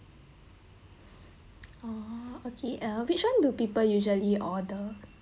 oh okay uh which one do people usually order